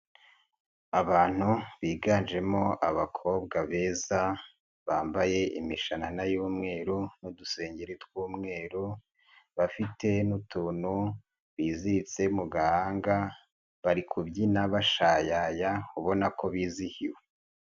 Abantu biganjemo abakobwa beza, bambaye imishanana y'umweru n'udusengero tw'umweru, bafite n'utuntu biziritse mu gahanga, bari kubyina bashayaya ubona ko bizihiwe.